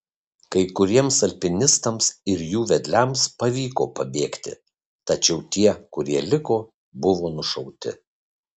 kai kuriems alpinistams ir jų vedliams pavyko pabėgti tačiau tie kurie liko buvo nušauti